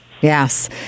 yes